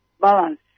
balance